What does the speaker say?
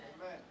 Amen